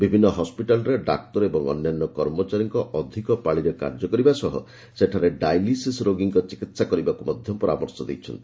ବିଭିନ୍ନ ହସ୍କିଟାଲ୍ରେ ଡାକ୍ତର ଏବଂ ଅନ୍ୟାନ୍ୟ କର୍ମଚାରୀରୁ ଅଧିକ ପାଳିରେ କାର୍ଯ୍ୟ କରିବା ସହ ସେଠାରେ ଡାଏଲିସିସ୍ ରୋଗୀଙ୍କ ଚିକିତ୍ସା କରିବାକୁ ମଧ୍ୟ ପରାମର୍ଶ ଦେଇଛନ୍ତି